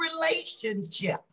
relationship